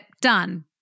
done